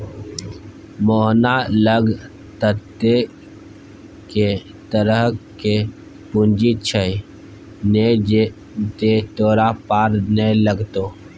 मोहना लग ततेक तरहक पूंजी छै ने जे तोरा पार नै लागतौ